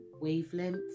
wavelength